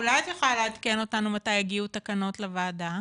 אולי את יכולה לעדכן אותנו מתי יגיעו תקנות לוועדה?